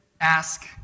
ask